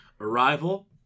Arrival